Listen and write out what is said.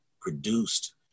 produced